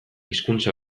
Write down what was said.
hizkuntza